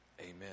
Amen